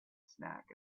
snack